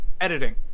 editing